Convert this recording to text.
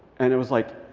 and it was, like,